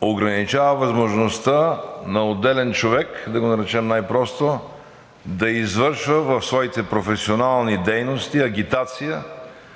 ограничава възможността на отделен човек, да го наречем най просто, да извършва в своите професионални дейности агитация